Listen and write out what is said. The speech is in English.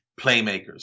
playmakers